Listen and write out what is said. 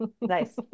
Nice